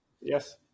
Yes